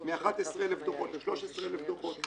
מ-11,000 דוחות ל-13,000 דוחות,